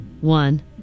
one